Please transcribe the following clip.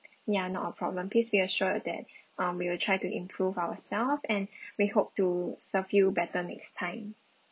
ya not a problem please be assured that um we will try to improve ourself and we hope to serve you better next time